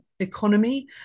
economy